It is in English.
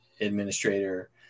administrator